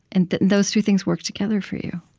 and those two things work together for you